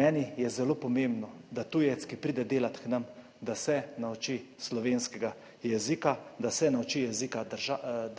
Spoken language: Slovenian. Meni je zelo pomembno, da tujec, ki pride delat k nam, da se nauči slovenskega jezika, da se nauči jezika